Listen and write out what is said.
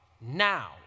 now